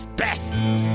best